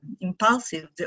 impulsive